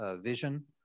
vision